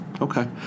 Okay